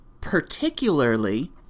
particularly